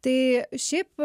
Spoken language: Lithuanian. tai šiaip